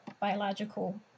biological